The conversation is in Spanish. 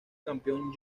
campeón